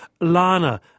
Lana